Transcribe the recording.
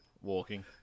Walking